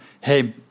hey